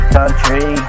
country